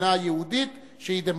מדינה יהודית שהיא דמוקרטית.